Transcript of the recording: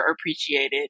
appreciated